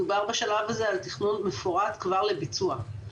מדובר בשלב הזה על תכנון מפורט כבר לביצוע.